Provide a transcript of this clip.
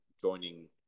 joining